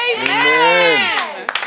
Amen